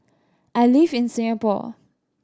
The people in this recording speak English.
I live in Singapore